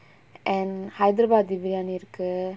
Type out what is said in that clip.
and hyderabad biryani இருக்கு:irukku